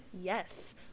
Yes